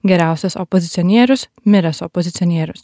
geriausias opozicionierius miręs opozicionierius